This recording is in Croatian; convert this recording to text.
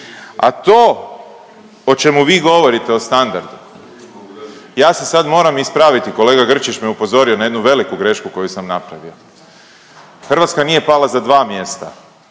A to o čemu vi govorite o standardu ja se sad moram ispraviti, kolega Grčić me upozorio na jednu veliku grešku koju sam napravio, Hrvatska nije pala za dva mjesta